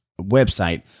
website